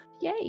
Yay